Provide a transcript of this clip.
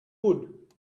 wood